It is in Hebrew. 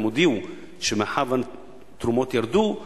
והם הודיעו שמאחר שהתרומות ירדו,